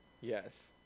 Yes